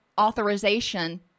authorization